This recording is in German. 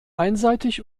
einseitig